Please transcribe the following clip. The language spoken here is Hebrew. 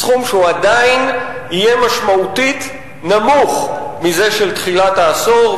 סכום שעדיין יהיה נמוך משמעותית מזה של תחילת העשור.